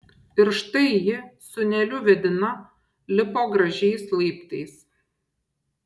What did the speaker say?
ir štai ji sūneliu vedina lipo gražiais laiptais